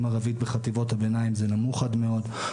ערבית בחטיבות הביניים זה נמוך עד מאוד,